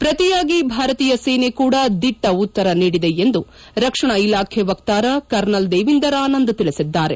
ಪ್ರತಿಯಾಗಿ ಭಾರತೀಯ ಸೇನೆ ಕೂಡ ದಿಟ್ಟ ಉತ್ತರ ನೀಡಿದೆ ಎಂದು ರಕ್ಷಣಾ ಇಲಾಖೆ ವಕ್ತಾರ ಕರ್ನಲ್ ದೇವಿಂದರ್ ಆನಂದ್ ತಿಳಿಸಿದ್ದಾರೆ